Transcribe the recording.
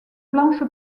blanche